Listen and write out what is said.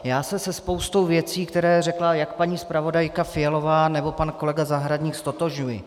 Já se se spoustou věcí, které řekla jak paní zpravodajka Fialová, nebo pan kolega Zahradník, ztotožňuji.